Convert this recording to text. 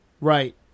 Right